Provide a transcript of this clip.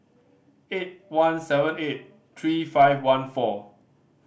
eight one seven eight three five one four